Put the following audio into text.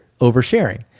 oversharing